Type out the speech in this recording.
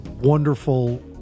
wonderful